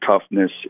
toughness